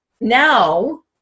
Now